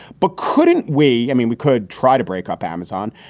but couldn't we i mean, we could try to break up amazon,